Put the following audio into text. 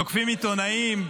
תוקפים עיתונאים.